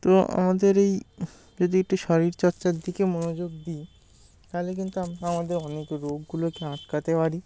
তো আমাদের এই যদি একটু শরীর চর্চার দিকে মনোযোগ দিই তাহলে কিন্তু আমরা আমাদের অনেক রোগগুলোকে আটকাতে পারি